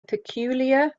peculiar